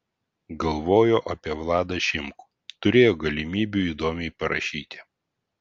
galvojo apie vladą šimkų turėjo galimybių įdomiai parašyti